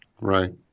Right